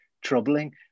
troubling